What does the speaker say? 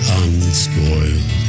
unspoiled